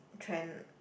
trend